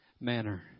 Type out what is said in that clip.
manner